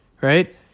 Right